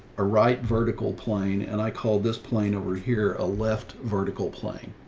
a right vertical plane. and i called this plane over here, a left vertical plane.